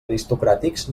aristocràtics